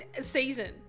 season